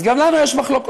אז גם לנו יש מחלוקות,